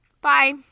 Bye